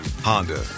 Honda